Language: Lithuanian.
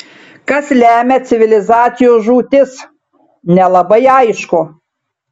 kas lemia civilizacijų žūtis nelabai aišku